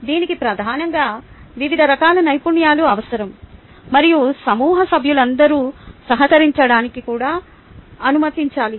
దీనికి ప్రధానంగా వివిధ రకాల నైపుణ్యాలు అవసరం మరియు సమూహ సభ్యులందరూ సహకరించడానికి కూడా అనుమతించాలి